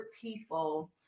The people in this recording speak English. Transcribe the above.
people